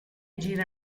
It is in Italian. gira